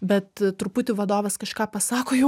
bet truputį vadovas kažką pasako jau